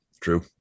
True